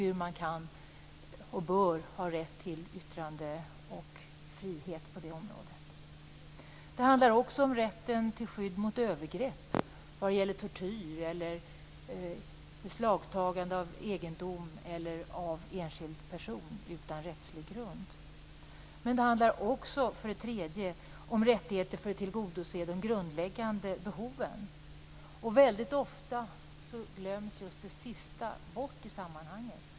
Det handlar för det andra om rätten till skydd mot övergrepp, som tortyr eller beslagtagande av egendom eller ingripande mot enskild person utan rättslig grund. Det handlar för det tredje också om rättigheter för att tillgodose de grundläggande behoven. Väldigt ofta glöms de sistnämnda rättigheterna bort i detta sammanhang.